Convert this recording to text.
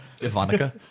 Ivanka